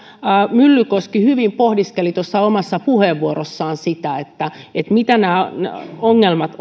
myllykoski hyvin pohdiskeli tuossa omassa puheenvuorossaan sitä mitä ovat nämä ongelmat